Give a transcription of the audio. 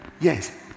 Yes